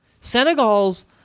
Senegal's